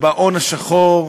בהון השחור,